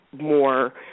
more